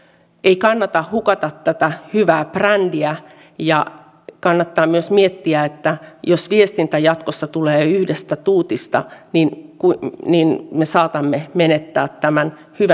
ei kannata hukata tätä hyvää brändiä ja kannattaa myös miettiä että jos viestintä jatkossa tulee yhdestä tuutista niin me saatamme menettää tämän hyvän brändin